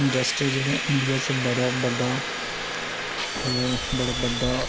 industry जेह्ड़ा India च बड़ा बड्डा ओह् बड़ा बड्डा